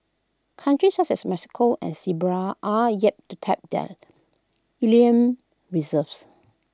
countries such as Mexico and Serbia are yet to tap their ilium reserves